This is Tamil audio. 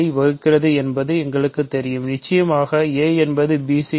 யைப் வகுக்கிறது என்பது எங்களுக்குத் தெரியும் நிச்சயமாக a என்பது bc